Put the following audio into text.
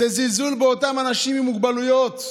זה זלזול באותם אנשים עם מוגבלויות,